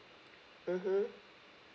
mmhmm